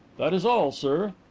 that is all, sir.